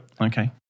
Okay